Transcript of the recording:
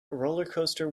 rollercoaster